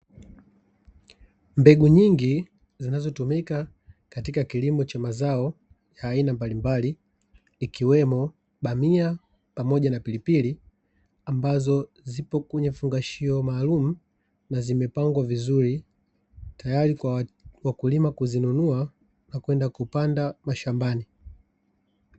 Mbegu nyingi zinazotumika katika kilimo cha mazao ya aina mbalimbali, ikiwemo bamia pamoja na pilipili, ambazo zipo kwenye vifungashio maalumu, na zimepangwa vizuri tayari kwa wakulima kuzinunua, na kwenda kupanda mashambani.